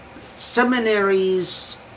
seminaries